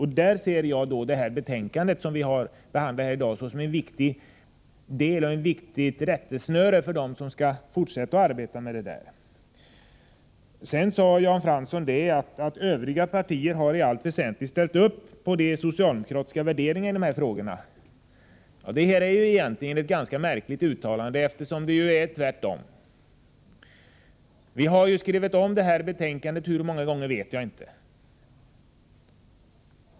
Och därvidlag ser jag det betänkande som vi behandlar här i dag som ett viktigt rättesnöre för dem som skall fortsätta att arbeta med detta. Sedan sade Jan Fransson att övriga partier i allt väsentligt har ställt upp på de socialdemokratiska värderingarna i dessa frågor. Det är egentligen ett ganska märkligt uttalande, eftersom det ju är tvärtom. Vi har skrivit om det här betänkandet — hur många gånger vet jag inte.